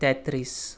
તેત્રીસ